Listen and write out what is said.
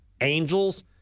Angels